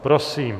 Prosím.